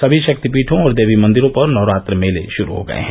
सभी षक्तिपीठों और देवी मंदिरों पर नवरात्र मेले षुरू हो गये हैं